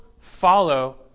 follow